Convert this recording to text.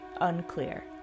unclear